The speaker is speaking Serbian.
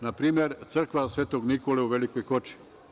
Na primer, crkva Svetog Nikole u Velikoj Koči.